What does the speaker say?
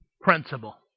principle